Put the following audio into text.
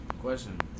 Question